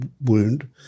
wound